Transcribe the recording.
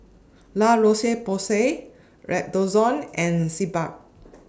La Roche Porsay Redoxon and Sebamed